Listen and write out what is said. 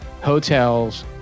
hotels